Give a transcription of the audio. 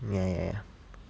ya ya ya